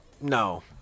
no